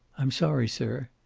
i'm sorry, sir.